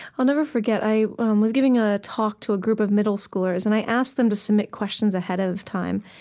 i'll never forget, i was giving a talk to a group of middle schoolers, and i asked them to submit questions ahead of time.